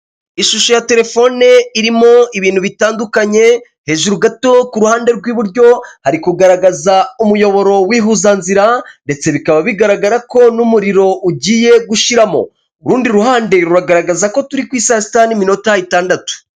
Ishusho ya telefone irimo ibintu bitandukanye hejuru gato ku ruhande rw'iburyo ari kugaragaza umuyoboro w'ihuzanzira ndetse bikaba bigaragara ko n'umuriro ugiye gushiramo urundi ruhande rugaragaza ko turi ku i saasita n'iminota itandatu.